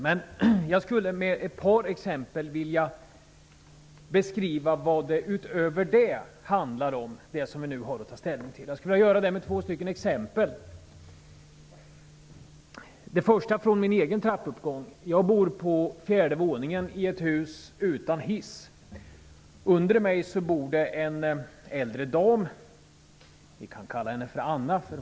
Men med ett par exempel skulle jag vilja beskriva vad det som vi därutöver nu har att ta ställning till handlar om. Det första exemplet har jag hämtat från min egen trappuppgång. Jag bor på fjärde våningen i ett hus utan hiss. Under mig bor det en äldre dam, som heter Anna.